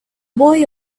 boy